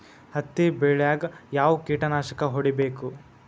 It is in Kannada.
ಹತ್ತಿ ಬೆಳೇಗ್ ಯಾವ್ ಕೇಟನಾಶಕ ಹೋಡಿಬೇಕು?